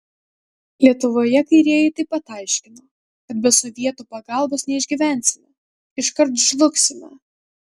lietuvoje kairieji taip pat aiškino kad be sovietų pagalbos neišgyvensime iškart žlugsime